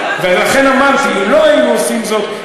ולכן אמרתי: אם לא היינו עושים זאת,